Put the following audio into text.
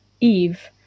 Eve